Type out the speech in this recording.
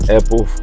Apple